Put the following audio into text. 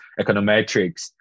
econometrics